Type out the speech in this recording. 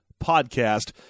Podcast